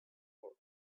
for